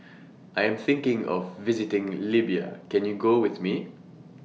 I Am thinking of visiting Libya Can YOU Go with Me